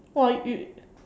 !wah! you